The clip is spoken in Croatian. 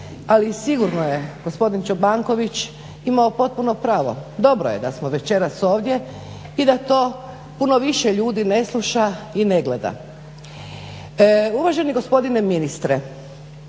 ali sigurno je gospodin Čobanković imao potpuno pravo. Dobro je da smo večeras ovdje i da to puno više ljudi ne sluša i ne gleda. Uvaženi gospodine ministre,